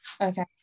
Okay